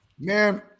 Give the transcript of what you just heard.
Man